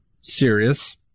serious